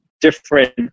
different